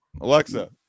Alexa